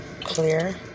clear